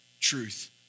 truth